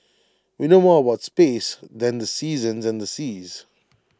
we know more about space than the seasons and the seas